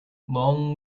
long